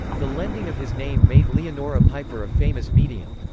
the lending of his name made leonora piper a famous medium.